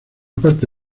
parte